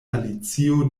alicio